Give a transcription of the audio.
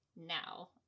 now